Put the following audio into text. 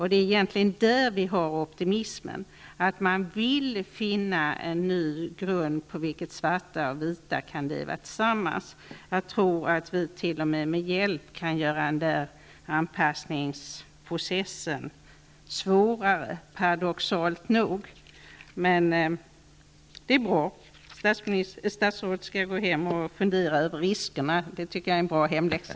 Det är egentligen där vi har optimismen, att man vill finna en ny grund på vilken svarta och vita kan leva tillsammans. Jag tror t.o.m. att vi med vår hjälp kan göra den anpassningsprocessen svårare, paradoxalt nog. Men det är bra att statsrådet skall gå hem och fundera över riskerna. Det tycker jag är en bra hemläxa.